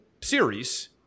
series